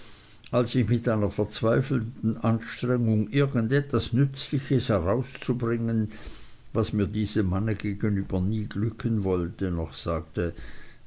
als ich mit einer verzweifelten anstrengung irgend etwas natürliches herauszubringen was mir diesem mann gegenüber nie glücken wollte noch sagte